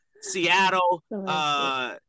Seattle